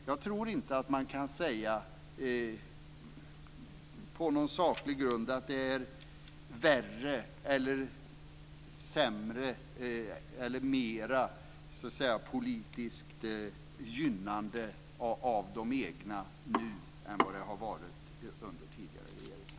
Jag tror inte att man kan säga på någon saklig grund att det är värre eller mer av politiskt gynnande av de egna nu än det har varit under tidigare regeringar.